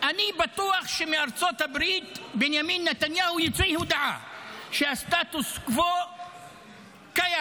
אני בטוח שמארצות הברית בנימין נתניהו יוציא הודעה שהסטטוס קוו קיים.